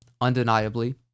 undeniably